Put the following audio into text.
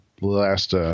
last